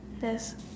there's